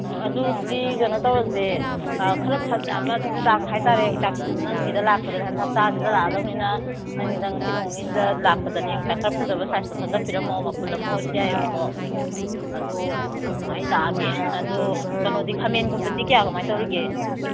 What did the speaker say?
ꯑꯣ ꯑꯗꯨꯗꯤ ꯀꯩꯅꯣ ꯇꯧꯔꯁꯦ ꯈꯔ ꯐꯖꯕ ꯆꯥꯡ ꯍꯥꯏꯇꯥꯔꯦ ꯅꯪꯒꯤꯗ ꯂꯥꯛꯄꯗꯗꯤ ꯍꯟꯗꯛ ꯍꯞꯇꯥꯁꯤꯗ ꯂꯥꯛꯑꯗꯧꯅꯤꯅ ꯅꯪꯒꯤꯗ ꯉꯁꯤ ꯅꯣꯡ ꯅꯤꯅꯤꯁꯤꯗ ꯂꯥꯛꯄꯗꯅꯦ ꯌꯣꯡꯆꯥꯛ ꯈꯔ ꯐꯖꯕ ꯁꯥꯏꯁꯇꯣ ꯈꯪꯒꯠꯄꯤꯔꯝꯃꯣ ꯃꯄꯨꯜ ꯑꯃ ꯑꯣꯏꯁꯨ ꯌꯥꯏꯌꯦꯕꯀꯣ ꯑꯗꯣ ꯑꯩ ꯂꯥꯛꯑꯒꯦ ꯑꯗꯣ ꯀꯩꯅꯣꯗꯤ ꯈꯥꯃꯦꯟꯒꯨꯝꯕꯗꯤ ꯀꯌꯥ ꯀꯃꯥꯏ ꯇꯧꯔꯤꯒꯦ